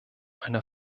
eine